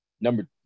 Number